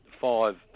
five